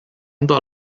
andò